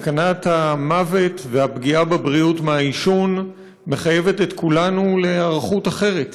סכנת המוות והפגיעה בבריאות מהעישון מחייבת את כולנו להיערכות אחרת.